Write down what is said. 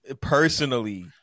Personally